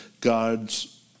God's